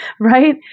right